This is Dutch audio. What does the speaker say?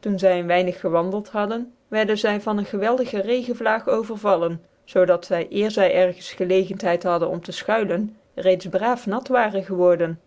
toen zy een weinig gcwandclt hadden wierden zy van een geweldige regenvlaag overvallen zoo dat zy eer zy ergens gclcgcnthcid hadden om tc fchuilen reeds braaf nat waren geworden